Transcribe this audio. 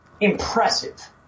impressive